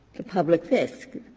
the public fisc.